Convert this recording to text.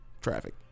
Traffic